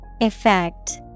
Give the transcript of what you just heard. Effect